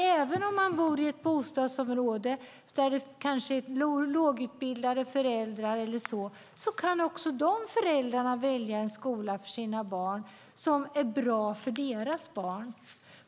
Även om familjen bor i ett bostadsområde med många lågutbildade kan föräldrarna välja en skola som är bra för deras barn.